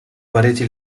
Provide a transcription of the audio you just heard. pareti